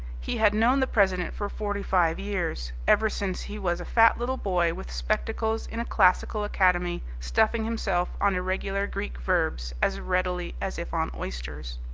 he had known the president for forty-five years, ever since he was a fat little boy with spectacles in a classical academy, stuffing himself on irregular greek verbs as readily as if on oysters.